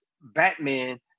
Batman